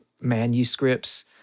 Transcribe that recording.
manuscripts